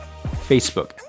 Facebook